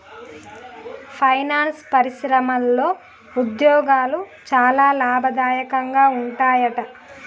finance పరిశ్రమలో ఉద్యోగాలు చాలా లాభదాయకంగా ఉంటాయట